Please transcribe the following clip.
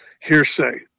hearsay